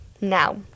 now